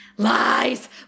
lies